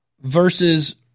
versus